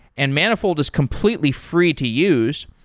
and manifold is completely free to use.